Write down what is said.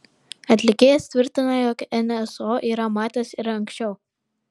atlikėjas tvirtina jog nso yra matęs ir anksčiau